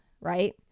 right